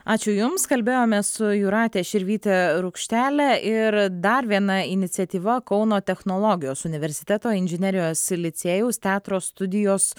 ačiū jums kalbėjome su jūrate širvyte rukštele ir dar viena iniciatyva kauno technologijos universiteto inžinerijos licėjaus teatro studijos